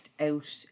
out